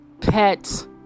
pets